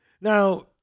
now